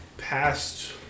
past